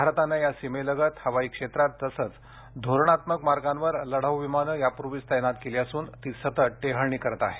भारतानं या सीमेलगत हवाई क्षेत्र तसंच धोरणात्मक मार्गांवर लढाऊ विमानं यापूर्वीच तैनात केली असून ती सतत टेहळणी करत आहेत